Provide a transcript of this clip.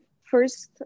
First